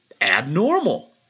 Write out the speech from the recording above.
abnormal